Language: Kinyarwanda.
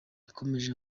yakomeje